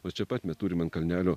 o čia pat mes turim ant kalnelio